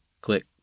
click